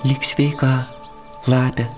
lik sveika lape